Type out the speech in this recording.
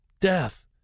death